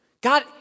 God